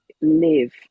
live